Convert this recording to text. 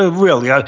ah really. yeah